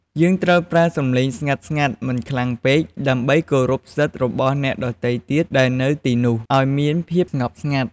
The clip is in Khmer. យើងត្រូវប្រើសំឡេងស្ងាត់ៗ មិនខ្លាំងពេក ដើម្បីគោរពសិទ្ធិរបស់អ្នកដទៃទៀតដែលនៅទីនោះ ឲ្យមានភាពស្ងប់ស្ងាត់។